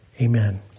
Amen